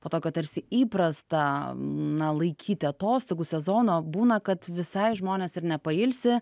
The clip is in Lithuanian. po tokio tarsi įprasta na laikyti atostogų sezono būna kad visai žmones ir nepailsi